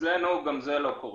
אלצנו גם זה לא קורה.